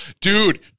dude